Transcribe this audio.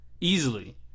Easily